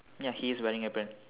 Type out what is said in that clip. ya he's wearing apron